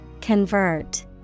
Convert